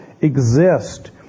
exist